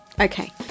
Okay